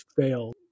fail